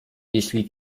jeśli